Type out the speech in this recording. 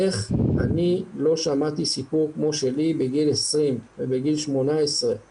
כשהגעתי לפני שמונה שנים וקצת לרטורנו,